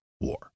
war